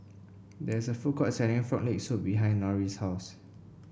there is a food court selling Frog Leg Soup behind Norris' house